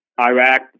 Iraq